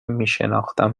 میشناختم